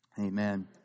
Amen